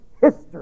history